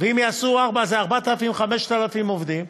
ואם יעשו ארבע אז זה 4,000 5,000 עובדים.